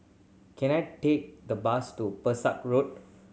can I take the bus to Pesek Road